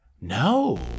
No